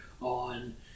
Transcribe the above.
on